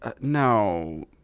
no